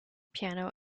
piano